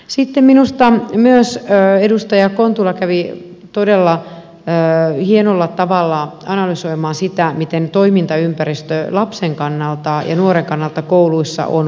sitten minusta myös edustaja kontula kävi todella hienolla tavalla analysoimaan sitä miten toimintaympäristö lapsen kannalta ja nuoren kannalta kouluissa on muuttunut